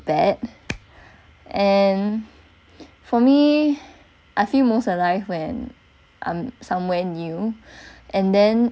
bad and for me I feel most alive when I'm somewhere new and then